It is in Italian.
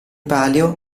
palio